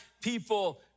people